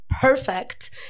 perfect